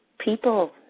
people